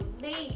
leave